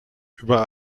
über